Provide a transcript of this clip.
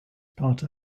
part